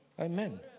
Amen